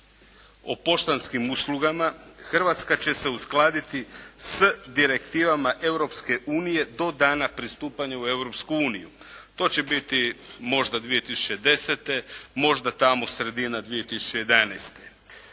o poštanskim uslugama Hrvatska će se uskladiti s direktivama Europske unije do dana pristupanja u Europsku uniju. To će biti možda 2010. možda tamo sredina 2011.